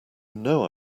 know